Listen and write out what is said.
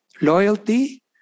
loyalty